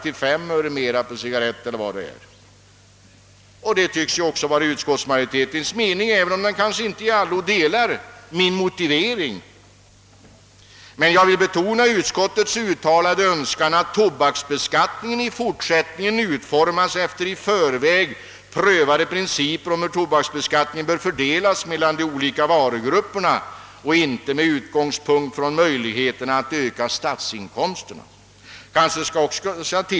Detta tycks också vara utskottsmajoritetens mening, även om den kanske inte i allo gillar min motivering. Jag vill emellertid betona utskottsmajoritetens uttalade önskan att tobaksbeskattningen i fortsättningen utformas efter i förväg prövade principer om hur beskattningen bör fördelas mellan de olika varugrupperna och inte enbart med tanke på möjligheten att öka statsinkomsterna.